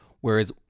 Whereas